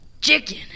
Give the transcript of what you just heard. chicken